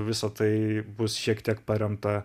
visa tai bus šiek tiek paremta